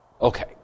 Okay